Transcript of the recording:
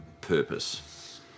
purpose